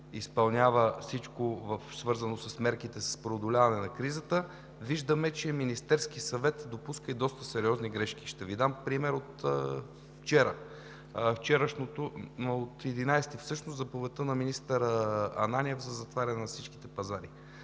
изпълнява всичко, свързано с мерките, с преодоляване на кризата, виждаме, че Министерският съвет допуска и доста сериозни грешки. Ще Ви дам пример от 11 април – заповедта на министър Ананиев за затваряне на всичките пазари.